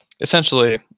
essentially